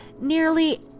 Nearly